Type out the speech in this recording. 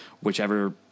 whichever